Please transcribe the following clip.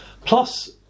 Plus